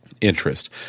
interest